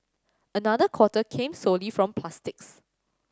another quarter came solely from plastics